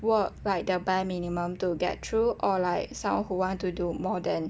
work like the bare minimum to get through or like someone who want to do more than